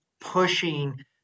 pushing